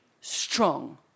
strong